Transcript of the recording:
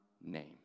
name